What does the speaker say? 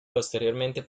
posteriormente